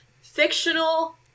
fictional